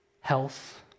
Health